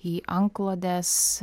į antklodes